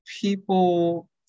people